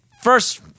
first